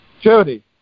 Jody